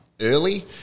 early